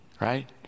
right